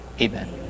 Amen